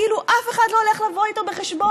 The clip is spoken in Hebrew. כאילו אף אחד לא הולך לבוא איתו חשבון.